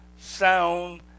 sound